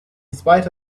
spite